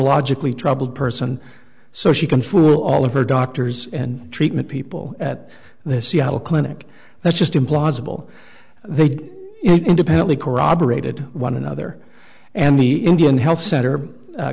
logically troubled person so she can fool all of her doctors and treatment people at the seattle clinic that's just implausible they did independently corroborated one another and the indian health center